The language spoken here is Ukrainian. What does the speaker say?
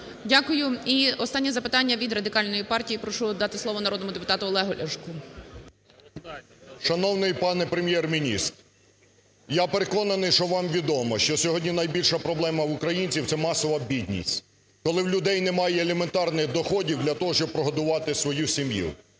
Дякую. І останнє запитання від Радикальної партії. Прошу дати слово народному депутату Олегу Ляшку. 10:42:41 ЛЯШКО О.В. Шановний пане Прем'єр-міністр! Я переконаний, що вам відомо, що сьогодні найбільша проблема українців – це масова бідність. Коли в людей немає елементарних доходів для того, щоб прогодувати свою сім'ю.